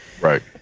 Right